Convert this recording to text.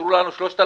נשארו לנו 3,000